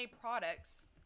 products